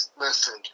Listen